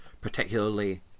particularly